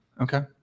Okay